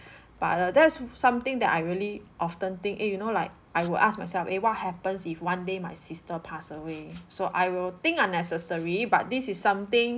but uh that's something that I really often think eh you know like I will ask myself eh what happens if one day my sister pass away so I will think unnecessary but this is something